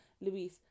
Luis